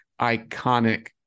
iconic